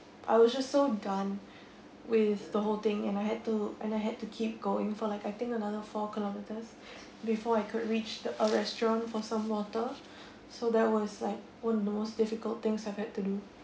I was so just done with the whole thing and I had to and I had to keep going for like I think another four kilometres before I could reach the a restaurant for some water so that was like one of most difficult things I've had to do